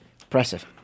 impressive